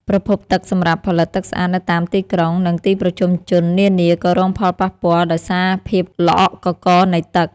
ប្រភពទឹកសម្រាប់ផលិតទឹកស្អាតនៅតាមទីក្រុង និង ទីប្រជុំជននានាក៏រងផលប៉ះពាល់ដោយសារភាពល្អក់កករនៃទឹក។